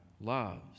loves